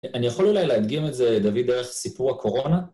אני יכול אולי להדגים את זה, דוד, דרך סיפור הקורונה?